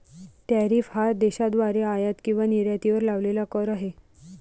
tariff हा देशाद्वारे आयात किंवा निर्यातीवर लावलेला कर आहे